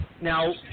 now